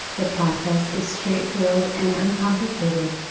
the process is straightforward and uncomplicated.